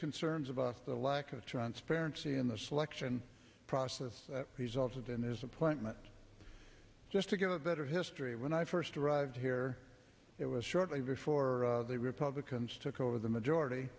concerns about the lack of transparency in the selection process resulted in his appointment just to give a better history when i first arrived here it was shortly before the republicans took over the majority